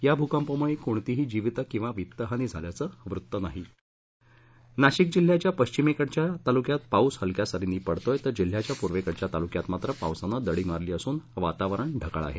या भूकंपामुळे कोणतीही जीवीत किंवा वित्तहानी झाल्याचं वृत्त नाही नाशिक जिल्हाच्या पश्चिमेकडच्या तालुक्यांत पाऊस हलक्या सरींनी पडतोय तर जिल्हाच्या पूर्वेकडच्या तालुक्यांत मात्र पावसानं दडी मारली असून वातावरण ढगाळ आहे